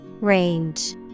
Range